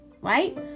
right